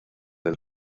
del